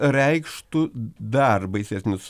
reikštų dar baisesnius